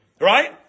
Right